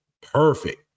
Perfect